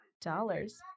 Dollars